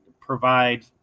provide